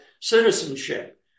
citizenship